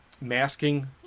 masking